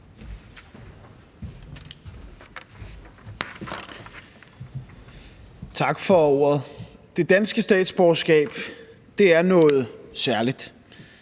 Tak for ordet. Det danske statsborgerskab er noget særligt.